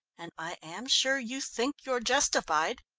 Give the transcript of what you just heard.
and i am sure you think you're justified.